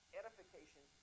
edification